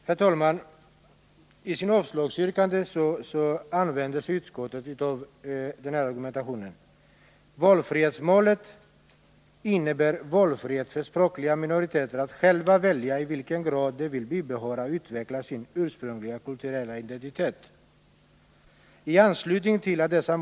Herr talman! I sitt avstyrkande använder sig utskottet av följande argumentation: ”Valfrihetsmålet innebär valfrihet för medlemmar av språkliga minoriteter att själva välja i vilken grad de vill bibehålla och utveckla sin ursprungliga kulturella identitet. I anslutning till att dessa mål.